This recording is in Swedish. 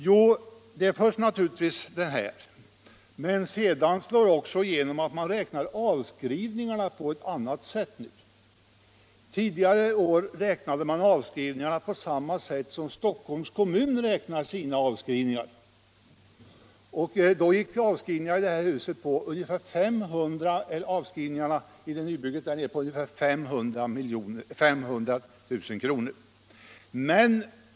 Jo, man räknar också avskrivningarna på ett annat säll nu. Tidigare räknade man avskrivningarna på samma sätt som Stockholms kommun räknar sina avskrivningar. Då gick avskrivningarna för nybygget på Helgeandsholmen på ungefär 500 000 kr.